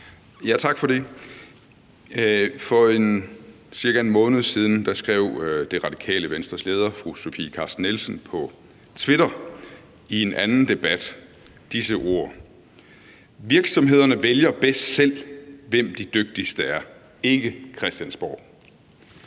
Tak for det. For cirka en måned siden skrev Radikale Venstres leder, fru Sofie Carsten Nielsen, på Twitter i forbindelse med en anden debat disse ord: »Virksomhederne vælger bedst selv hvem de dygtigste er. Ikke Christiansborg«.